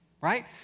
Right